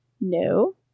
No